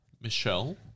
Michelle